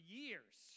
years